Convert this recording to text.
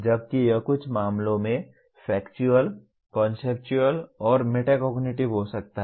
जबकि यह कुछ मामलों में फैक्चुअल कॉन्सेप्चुअल और मेटाकोग्निटिव हो सकता है